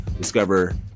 discover